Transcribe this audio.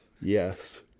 Yes